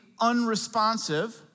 unresponsive